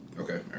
Okay